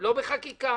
לא בחקיקה